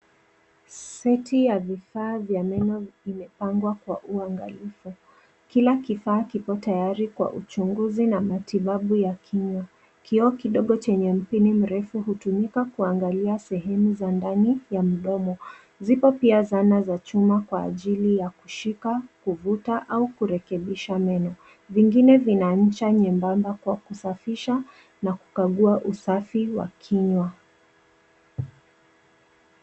Seti ya vifaa vya meno vimepangwa kwa uangalifu, kila kifaa kikotayari kwa uchunguzi na matibabu ya kinywa. Kioo kidogo chenye mpini mrefu hutumika kuangalia sehemu za ndani ya mdomo, zipo dhana za chuma kwa ajili ya kushika, kuvuta au kurekebisha meno. Vingine vina ncha nyembamba kwa kusafisha na kukagua usafi wa kinywa.